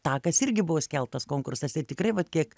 takas irgi buvo skelbtas konkursas ir tikrai vat kiek